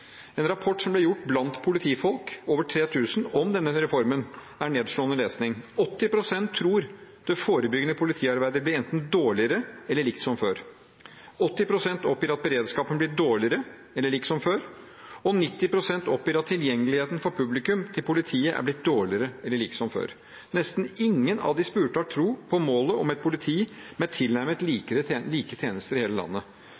om denne reformen blant over 3 000 politifolk er nedslående lesning. 80 pst. tror det forebyggende politiarbeidet blir enten dårligere eller likt som før, 80 pst. oppgir at beredskapen blir dårligere eller lik som før, og 90 pst. oppgir at tilgjengeligheten for publikum til politiet er blitt dårligere eller lik som før. Nesten ingen av de spurte har tro på målet om et politi med tilnærmet